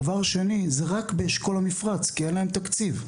דבר שני, זה רק באשכול המפרץ כי אין להם תקציב.